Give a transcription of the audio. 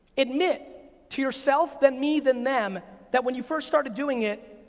admit to yourself, then me, then them, that when you first started doing it,